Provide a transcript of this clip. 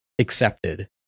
accepted